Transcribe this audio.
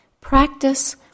Practice